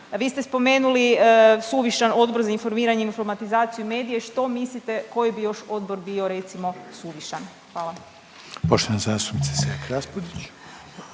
Vi ste spomenuli suvišan Odbor za informiranje, informatizaciju i medije, što mislite koji bi još odbor bio recimo suvišan? Hvala.